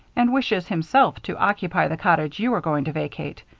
and wishes, himself, to occupy the cottage you are going to vacate.